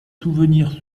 souvenirs